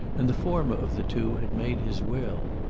and the former of the two had made his will.